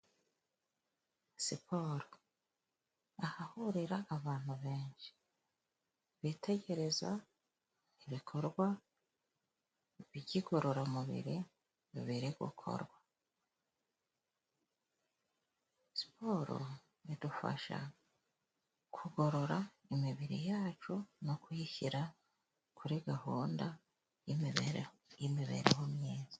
Siporo ahahurira abantu benshi bitegereza, ibikorwa bikigorororamubiri bibere gukorwa, siporo bidufasha kugorora imibiri yacu no kuyishyira kuri gahunda y'imibereho yimibereho myiza.